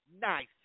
nice